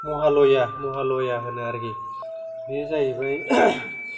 महालया महालया होनो आरोखि बे जाहैबाय